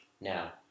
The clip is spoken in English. now